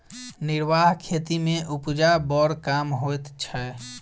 निर्वाह खेती मे उपजा बड़ कम होइत छै